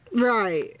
Right